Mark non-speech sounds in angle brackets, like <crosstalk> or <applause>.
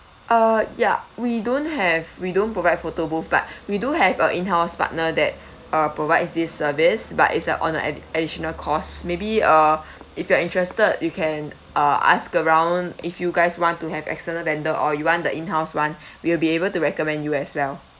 uh ya we don't have we don't provide photobooth but <breath> we do have a in-house partner that <breath> uh provides this service but it's a on a additional cost maybe uh <breath> if you are interested you can uh ask around if you guys want to have external vendor or you want the in-house [one] <breath> we'll be able to recommend you as well